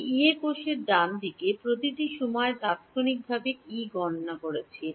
আমি ইয়ে কোষের ডানদিকে প্রতিটি সময়ে তাত্ক্ষণিকভাবে E গণনা করছি